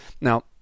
Now